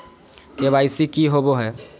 KYC की होबो है?